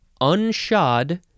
unshod